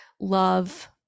love